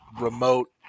remote